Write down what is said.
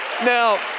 now